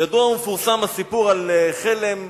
ידוע ומפורסם הסיפור על חלם,